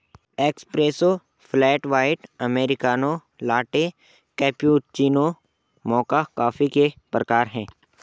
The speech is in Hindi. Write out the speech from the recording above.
espresso, flat white, americano, latte, cappuccino, mocha coffee के प्रकार हैं